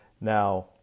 Now